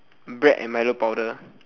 bread and milo powder